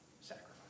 sacrifice